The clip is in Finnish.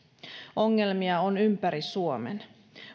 ongelmia on ympäri suomen